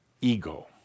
ego